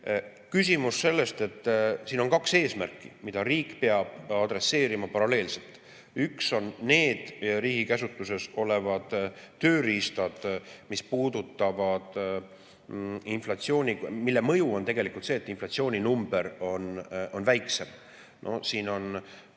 küsimus sellest, et siin on kaks eesmärki, mida riik peab adresseerima paralleelselt. Üks on riigi käsutuses olevad tööriistad, mis puudutavad inflatsiooni ja mille mõju on tegelikult see, et inflatsiooninumber on väiksem. Ma vaatan